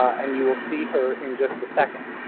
and you will see her in just a second.